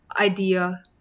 Idea